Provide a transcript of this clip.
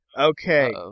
Okay